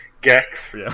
gex